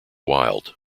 wild